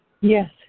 Yes